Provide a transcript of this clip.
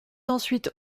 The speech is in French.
ensuite